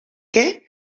què